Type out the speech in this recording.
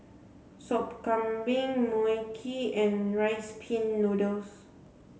Sop Kambing Mui Kee and rice pin noodles